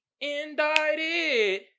indicted